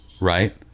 right